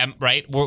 right